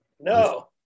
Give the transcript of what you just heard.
No